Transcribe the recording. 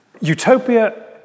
Utopia